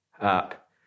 up